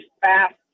fast